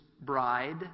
bride